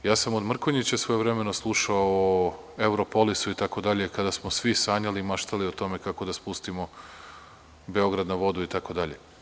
Ja sam od Mrkonjića svojevremeno slušao o Europolisu itd, kada smo svi sanjali i maštali o tome kako da spustimo Beograd na vodu itd.